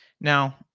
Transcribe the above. Now